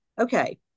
okay